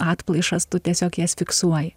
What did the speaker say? atplaišas tu tiesiog jas fiksuoji